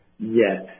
Yes